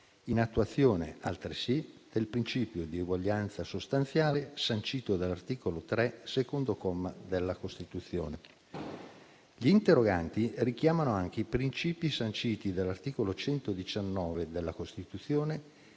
in attuazione altresì del principio di uguaglianza sostanziale sancito dall'articolo 3, secondo comma, della Costituzione. Gli interroganti richiamano anche i principi sanciti dall'articolo 119 della Costituzione